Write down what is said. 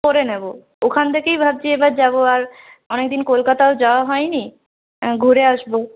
করে নেব ওখান থেকেই ভাবছি এ বার যাব আর অনেক দিন কলকাতাও যাওয়া হয়নি ঘুরে আসব